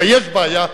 יש בעיה,